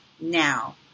now